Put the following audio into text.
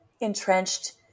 entrenched